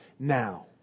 Now